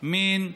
מין וגזע.